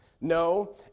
No